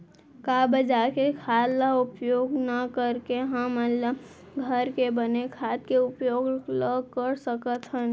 का बजार के खाद ला उपयोग न करके हमन ल घर के बने खाद के उपयोग ल कर सकथन?